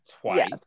twice